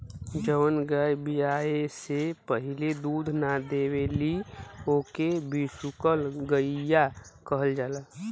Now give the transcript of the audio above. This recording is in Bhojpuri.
जवन गाय बियाये से पहिले दूध ना देवेली ओके बिसुकुल गईया कहल जाला